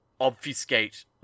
obfuscate